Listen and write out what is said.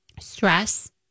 stress